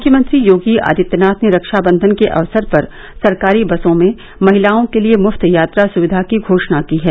मुख्यमंत्री योगी आदित्यनाथ ने रक्षाबंधन के अवसर पर सरकारी बसों में महिलाओं के लिए मुफ्त यात्रा सुविधा की घोषणा की है